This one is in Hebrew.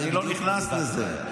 אני לא נכנס לזה.